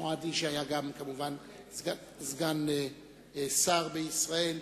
מועדי, שהיה גם כמובן סגן שר בישראל,